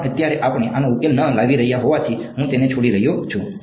પણ અત્યારે આપણે આનો ઉકેલ ન લાવી રહ્યા હોવાથી હું તેને છોડી રહ્યો છું